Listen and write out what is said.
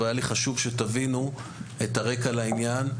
אבל היה לי חשוב שתבינו את הרקע לעניין.